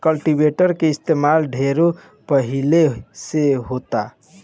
cultivator के इस्तमाल ढेरे पहिले से होता